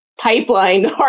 pipeline